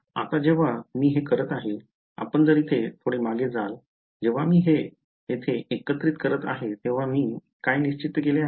आता जेव्हा मी हे करत आहे आपण जर इथे थोडे मागे जाल जेव्हा मी हे येथे एकत्रित करत आहे तेव्हा मी काय निश्चित केले आहे